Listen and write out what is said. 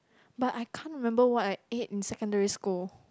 but I can't remember what I ate in secondary school